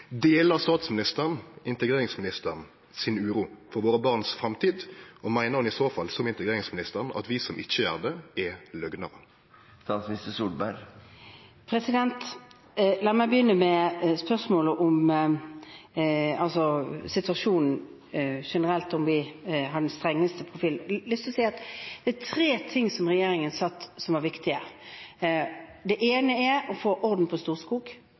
Deler statsministeren integreringsministeren si uro for framtida til barna våre, og meiner ho i så fall, som integreringsministeren, at vi som ikkje gjer det, er løgnarar? La meg begynne med spørsmålet om situasjonen generelt – om vi har den strengeste asylpolitikken. Det er tre ting regjeringen har sagt er viktige. Det ene var å få orden på Storskog.